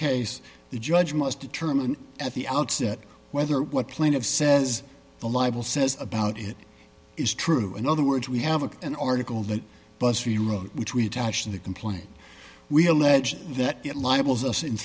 case the judge must determine at the outset whether what plan of says the libel says about it is true in other words we have a an article that bus rewrote which we attach to the complaint we allege that it libels us